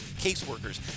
caseworkers